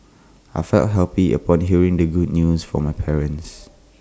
I felt happy upon hearing the good news from my parents